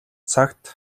цагт